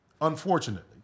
unfortunately